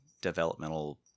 developmental